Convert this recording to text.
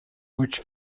which